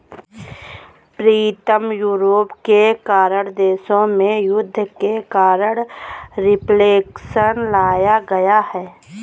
प्रीतम Europe के कई देशों में युद्ध के कारण रिफ्लेक्शन लाया गया है